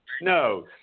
no